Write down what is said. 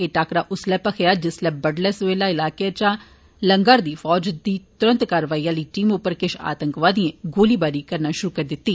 एह् टाक्करा उसलै भखेआ जिसलै बड्डलै सवेला इलाके चा लंग्घा'रदी फौज दी त्रत कार्रवाई आहली टीम उप्पर किश आतंकवादिएं गोलीबारी शुरु करी दित्ती